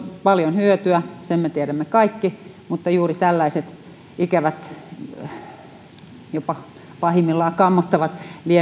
paljon hyötyä sen me tiedämme kaikki mutta juuri tällaisiin ikäviin pahimmillaan jopa kammottaviin